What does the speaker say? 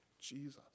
jesus